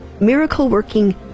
miracle-working